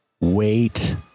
Wait